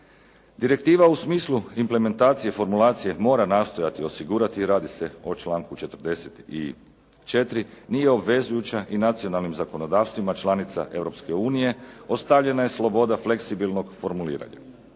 Direktiva u smislu implementacije, formulacije mora nastojati osigurati i radi se o članku 44. Nije obvezujuća i nacionalnim zakonodavstvima članica Europske unije ostavljena je sloboda fleksibilnog formuliranja.